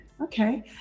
okay